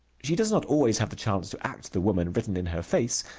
she does not always have the chance to act the woman written in her face,